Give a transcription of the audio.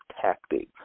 tactics